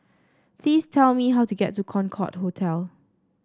please tell me how to get to Concorde Hotel